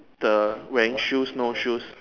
the wearing shoes no shoes